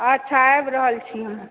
अच्छा आबि रहल छी हम